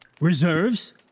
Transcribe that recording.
Reserves